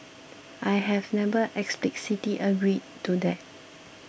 I have never explicitly agreed to that